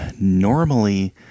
Normally